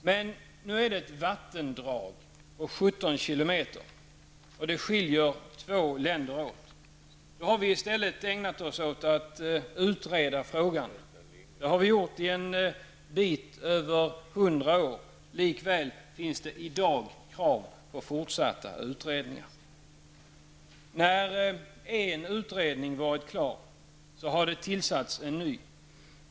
Men nu är det ett vattendrag på 17 kilometer, och det skiljer två länder åt. Då har vi i stället ägnat oss åt att utreda frågan. Det har vi gjort i över 100 år. Likväl finns det i dag krav på fortsatta utredningar. När en utredning varit klar så har det tillsatts en ny.